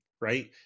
right